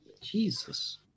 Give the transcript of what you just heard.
Jesus